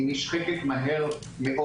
היא נשחקת מהר מאוד.